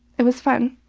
it was fun.